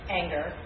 anger